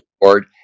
board